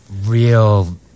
real